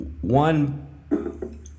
one